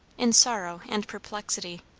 in sorrow and perplexity.